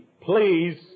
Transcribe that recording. please